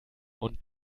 und